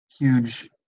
huge